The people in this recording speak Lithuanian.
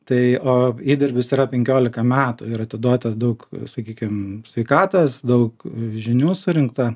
tai o įdirbis yra penkiolika metų ir atiduota daug sakykim sveikatos daug žinių surinkta